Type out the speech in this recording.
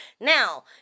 Now